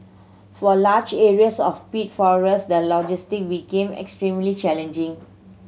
for a large areas of peat forest the logistic became extremely challenging